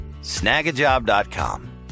snagajob.com